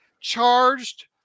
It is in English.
charged